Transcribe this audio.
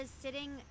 sitting